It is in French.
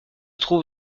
trouve